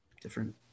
different